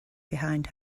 behind